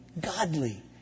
godly